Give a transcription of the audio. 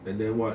and then what